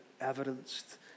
evidenced